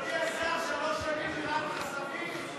אדוני השר, שלוש שנים נראה לך סביר?